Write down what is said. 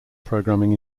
programming